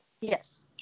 Yes